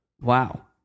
wow